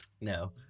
No